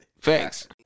Thanks